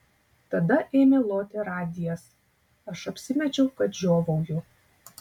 tada ėmė loti radijas aš apsimečiau kad žiovauju